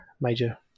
major